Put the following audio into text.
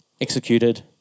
executed